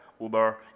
Uber